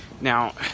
Now